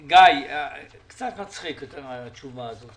גיא, קצת מצחיקה התשובה הזאת.